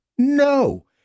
No